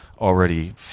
already